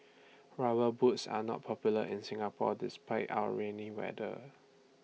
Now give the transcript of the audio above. rubber boots are not popular in Singapore despite our rainy weather